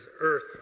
earth